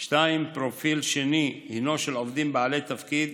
2. פרופיל שני הינו של עובדים בעלי תפקיד